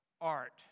art